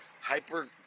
Hyper